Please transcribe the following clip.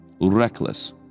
reckless